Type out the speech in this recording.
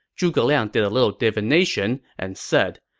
zhuge liang did a little divination and said,